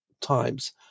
times